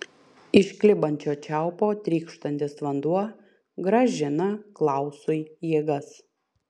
iš klibančio čiaupo trykštantis vanduo grąžina klausui jėgas